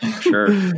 sure